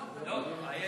לא, אני.